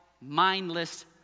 mindless